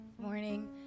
morning